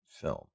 film